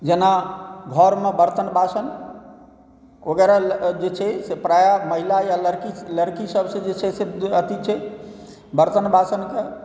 जेना घरमे बर्तन वासन वगैरह जे छै से प्रायः लड़का या लड़की सभसँ जे छै से अथी छै बर्तन बासनके